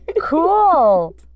Cool